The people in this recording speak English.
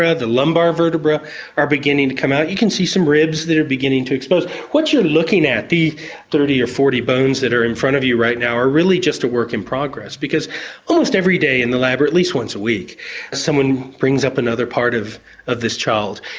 the lumbar vertebrae ah are beginning to come out, you can see some ribs that are beginning to expose. what you're looking at, the thirty or forty bones that are in front of you right now are really just a work in progress because almost every day in the lab or at least once a week someone brings up another part of of this child.